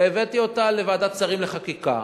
והבאתי אותה לוועדת שרים לחקיקה,